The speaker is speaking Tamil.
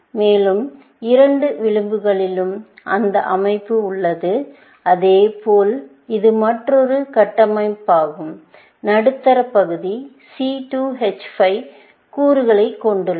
மேலும் இரண்டு விளிம்புகளிலும் இந்த அமைப்பு உள்ளது அதேபோல் இது மற்றொரு கட்டமைப்பாகும் நடுத்தர பகுதி C2 H5 கூறுகளைக் கொண்டுள்ளது